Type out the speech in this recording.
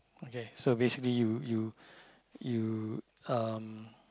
okay so basically you you you um